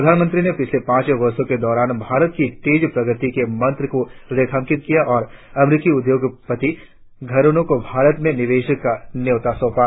प्रधानमंत्री ने पिछले पांच वर्षों के दौरान भारत की तेज प्रगति के मंत्र को रेखांकित किया और अमरीकी उद्योग घरोनों को भारत में निवेश का न्योता सौंपा